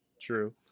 true